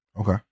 Okay